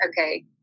okay